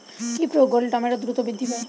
কি প্রয়োগ করলে টমেটো দ্রুত বৃদ্ধি পায়?